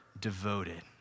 devoted